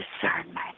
discernment